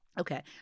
Okay